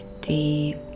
deep